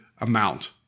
amount